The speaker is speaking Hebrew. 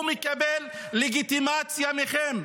הוא מקבל לגיטימציה מכם.